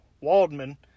Waldman